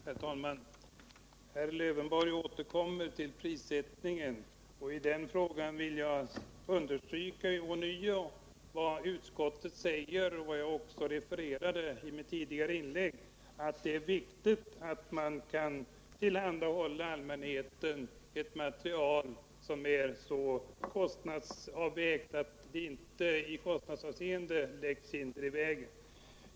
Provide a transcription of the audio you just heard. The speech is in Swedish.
Herr talman! Herr Lövenborg återkommer till prissättningen. I den frågan vill jag ånyo understryka vad utskottet framhåller, att det är viktigt att allmänheten tillhandahålls ett material till ett pris som är så avvägt att det inte i kostnadshänseende läggs hinder i vägen.